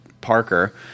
parker